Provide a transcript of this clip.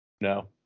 No